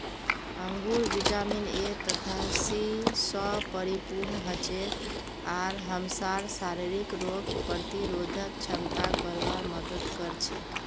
अंगूर vitamin A तथा C स परिपूर्ण हछेक आर हमसार शरीरक रोग प्रतिरोधक क्षमताक बढ़वार मदद कर छेक